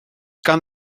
gan